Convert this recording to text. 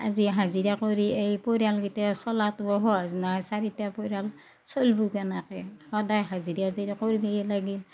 আজি হাজিৰা কৰি এই পৰিয়ালগিতা চলাটোও সহজ নহয় চাৰিটা পৰিয়াল চলবো কেনেকে সদায় হাজিৰা যদি কৰবায়ে লাগিল